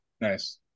Nice